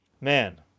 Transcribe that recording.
Man